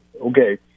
Okay